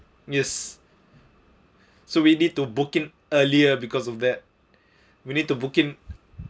yes so we need to book in earlier because of that we need to book in